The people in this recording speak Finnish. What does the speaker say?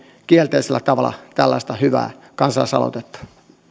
kielteisellä tavalla tällaista hyvää kansalais aloitetta